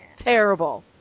Terrible